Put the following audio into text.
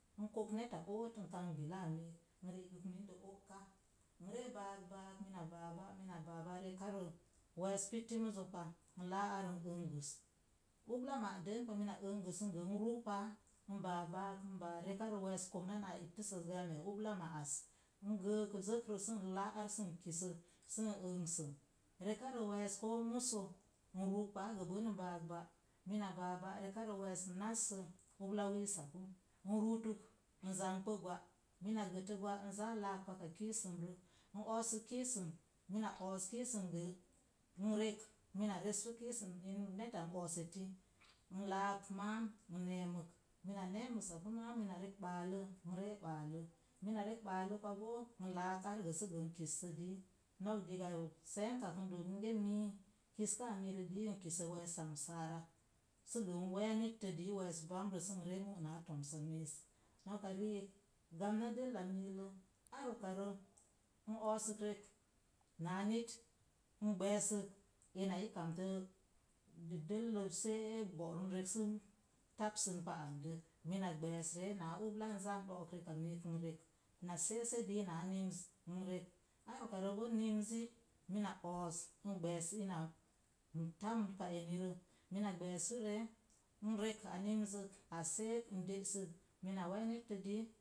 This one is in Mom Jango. N kon’ neta o'ot n kawe bilaa mik n ragək mində oka, nree baak baak, mina baa baak rekarə wees pitti muzəpa, n laa ar n engəs, ubla ma deupa, mina engəs n gə n ruupaa n baa baak n baa rekarə wees komna naa ittəsəs gə a mee ubla ma'as, n gəək zəkrə sən laa ar sən kisə sən ensə. Rekarə wees ko muso n ruuk paa gəbən n baak ba mina baa ba’ rekarə wees nassə, ubla wiisa pu, n rumtək n zamgbo gwa. mina gətə gwa, n zaa laak paka kiisum rək, n oosək kiisəm, mina oos kiisəm gən rek, mina reskə kiisəm in neta noos eti, n laak maam n neemək, mina neeməsapu maam mina rek baalə, nree baalə, mina rek baalə pa boo n laak ar gə sə in kissə dii. Nok dida seenkak n doo minge mii, kiskaa mirə duk, n kisə wees samsara. Sə gən wee nittə di wees bamrə sən ree mi nan tomsamiis. Noka riik gamna dəlla mulə, ar ukarə, n oosək rek, naa nit, n beesək ina, kamtə dəllə sə e gorən rek sə tapsən pa nadə. Mina gbees ree naa ubla n zaa n dook reka miik n rek, na sese dii naa nimz, n rek. Ar ukarə boo nimzi, mina oos n gbees in tamnpa emirə, mina gbees pa ree, n rek a minzək a seek nde'sək, mina wee nittədii.